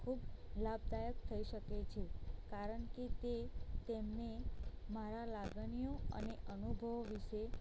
ખૂબ લાભદાયક થઈ શકે છે કારણ કે તે તેમને મારા લાગણીઓ અને અનુભવો વિષે